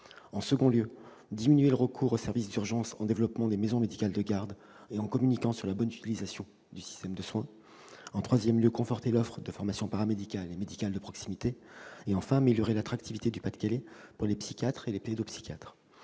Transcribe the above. ; ensuite, diminuer le recours aux services d'urgence en développant les maisons médicales de garde et en communiquant sur la bonne utilisation du système de soins ; en outre, conforter l'offre de formation paramédicale et médicale de proximité ; enfin, améliorer l'attractivité du Pas-de-Calais pour les psychiatres et les pédopsychiatres.